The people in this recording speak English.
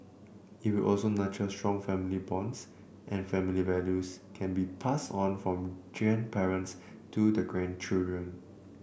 it will also nurture strong family bonds and family values can be passed on from grandparents to their grandchildren